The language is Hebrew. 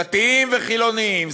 דתיים וחילונים,